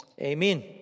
Amen